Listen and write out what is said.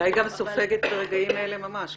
--- אולי גם סופגת ברגעים אלה ממש,